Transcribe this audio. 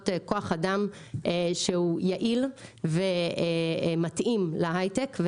כוח אדם שהוא יעיל ומתאים להיי-טק,